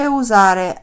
usare